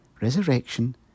Resurrection